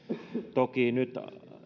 toki nyt